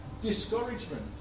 discouragement